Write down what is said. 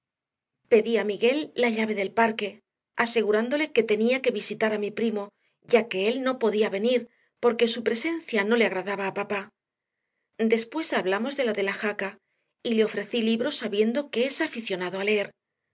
a miguel la llave del parque asegurándole que tenía que visitar a mi primo ya que él no podía venir porque su presencia no le agradaba a papá después hablamos de lo de la jaca y le ofrecí libros sabiendo que es aficionado a leer